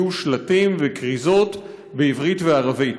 יהיו שלטים וכריזות בעברית ובערבית.